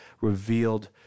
revealed